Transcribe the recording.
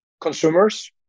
consumers